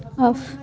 of